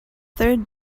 third